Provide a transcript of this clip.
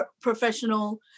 professional